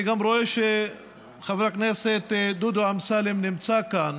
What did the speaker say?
גם רואה שחבר הכנסת דודו אמסלם נמצא כאן